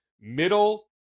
middle